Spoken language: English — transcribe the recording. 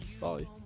Bye